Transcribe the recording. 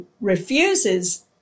refuses